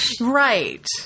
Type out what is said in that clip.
Right